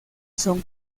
son